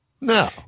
No